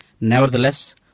Nevertheless